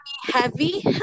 Heavy